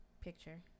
picture